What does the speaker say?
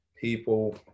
people